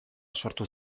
sortu